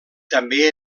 també